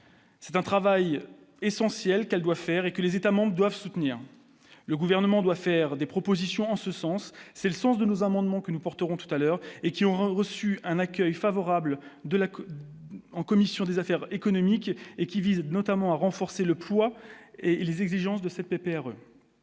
c'est un travail essentiel qu'elle doit faire et que les États membres doivent soutenir le gouvernement doit faire des propositions en ce sens, c'est le sens de nos amendements que nous porterons tout à l'heure et qui ont reçu un accueil favorable de la en commission des affaires économiques et qui vise notamment à renforcer le poids et les exigences de cette PPR.